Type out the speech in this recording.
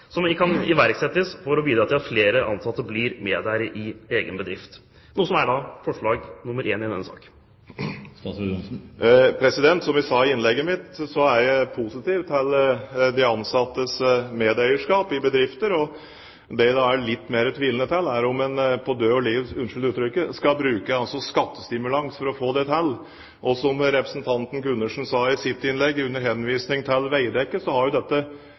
kan iverksettes for å bidra til at flere ansatte blir medeiere i egen bedrift, som er forslag nr. 1 i denne saken? Som jeg sa i innlegget mitt, er jeg positiv til ansattes medeierskap i bedrifter. Det jeg er litt mer tvilende til, er om en på død og liv – unnskyld uttrykket – skal bruke skattestimulans for å få det til. Som representanten Gundersen sa i sitt innlegg, under henvisning til Veidekke, har dette